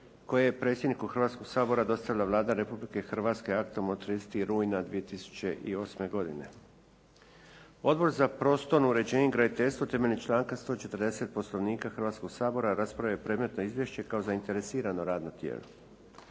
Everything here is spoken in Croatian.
koje je predsjedniku Hrvatskoga sabora dostavila Vlada Republike Hrvatske aktom od 13. rujna 2008. godine. Odbor za prostorno uređenje i graditeljstvo temeljem članka 140. Poslovnika Hrvatskoga sabora raspravio je predmetno izvješće kao zainteresirano radno tijelo.